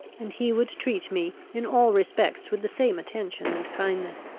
and he would treat me in all respects with the same attention and kindness.